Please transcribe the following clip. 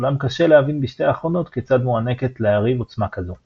אולם קשה להבין בשתי האחרונות כיצד מוענקת ליריב עוצמה כזו.